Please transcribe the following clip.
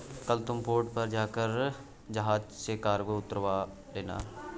कल तुम पोर्ट पर जाकर जहाज से कार्गो उतरवा लेना